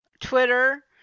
Twitter